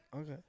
Okay